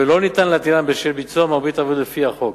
ואין אפשרות להטילם בשל ביצוע מרבית העבירות לפי החוק,